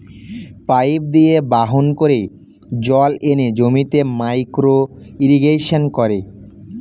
pipe দিয়ে বাহন করে জল এনে জমিতে মাইক্রো ইরিগেশন করে